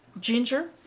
ginger